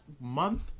month